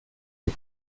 les